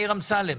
מאיר אמסלם.